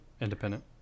independent